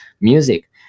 music